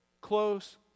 close